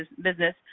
business